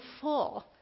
full